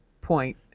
point